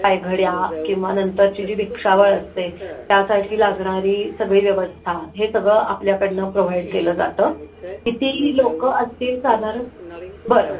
पायघड्या किंवा नंतरची जी भिक्षावळ असते त्यासाठी लागणारी सगळी व्यवस्था हे सगळं आपल्याकडून प्रोव्हाइड केलं जातं किती लोक असतील साधारण बरं